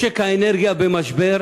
משק האנרגיה במשבר,